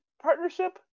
partnership